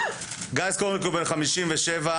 עד שמישהו לא ימות שום דבר לא יקרה,